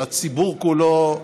של הציבור כולו,